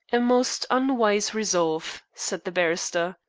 a most unwise resolve, said the barrister.